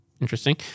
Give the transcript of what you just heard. Interesting